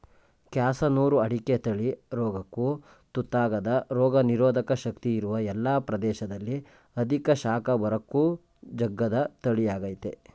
ಕ್ಯಾಸನೂರು ಅಡಿಕೆ ತಳಿ ರೋಗಕ್ಕು ತುತ್ತಾಗದ ರೋಗನಿರೋಧಕ ಶಕ್ತಿ ಇರುವ ಎಲ್ಲ ಪ್ರದೇಶದಲ್ಲಿ ಅಧಿಕ ಶಾಖ ಬರಕ್ಕೂ ಜಗ್ಗದ ತಳಿಯಾಗಯ್ತೆ